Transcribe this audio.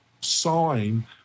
sign